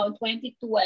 2012